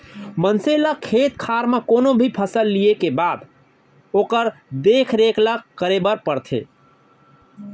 मनसे ल खेत खार म कोनो भी फसल लिये के बाद ओकर देख रेख ल करे बर परथे